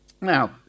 Now